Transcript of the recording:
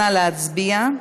נא להצביע.